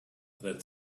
that